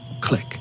Click